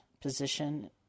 position